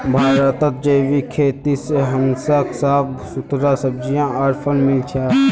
भारतत जैविक खेती से हमसाक साफ सुथरा सब्जियां आर फल मिल छ